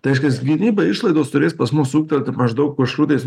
tai reiškias gynybai išlaidos turės pas mus ūgtelti maždaug kažkur tais